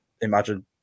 imagine